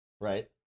Right